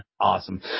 Awesome